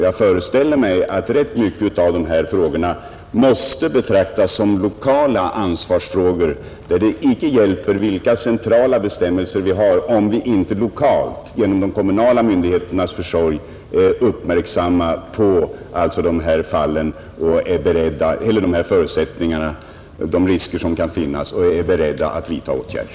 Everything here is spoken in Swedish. Jag föreställer mig att rätt många av dessa frågor måste betraktas såsom lokala ansvarsfrågor, där det inte hjälper vilka centrala bestämmelser vi har om inte de kommunala myndigheterna uppmärksammar de risker som kan finnas och är beredda att vidta åtgärder.